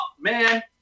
man